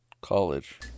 college